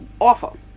awful